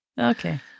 Okay